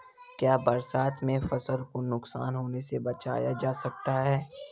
क्या बरसात में फसल को नुकसान होने से बचाया जा सकता है?